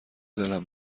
دلم